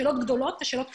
שאלות גדולות ושאלות קטנות.